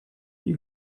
you